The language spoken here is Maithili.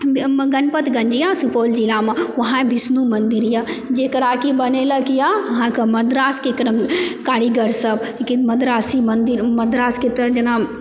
गणपतगञ्ज यऽ सुपौल जिलामे वहाँ विष्णु मंदिर यऽ जेकरा कि बनेलक यऽ अहाँकेँ मद्रासके कारीगर सब मद्रासी मंदिर मद्रासके तर जेना